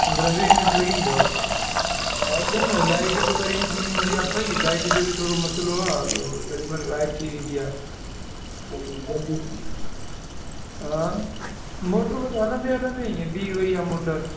पंद्रहां वीह मिंट लॻी वेंदा हुते हा अचो न लाइट बि वरी ईंदी वेंदी आहे भई लाइट जो बि थोरो मसिलो आहे केॾी महिल लाइट थी वेंदी आहे पोइ जल्दी सां हा मोटर त हलंदे हलंदे इअं बीह रही आहे मोटर